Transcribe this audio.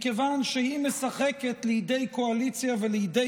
מכיוון שהם משחקים לידי קואליציה ולידי